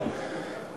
התשע"ד 2013,